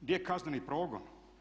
Gdje je kazneni progon?